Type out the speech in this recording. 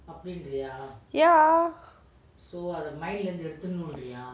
ya